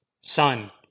Son